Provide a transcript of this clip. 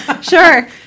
sure